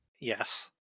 Yes